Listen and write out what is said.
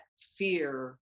fear